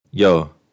Yo